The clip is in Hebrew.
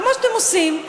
כמו שאתם עושים,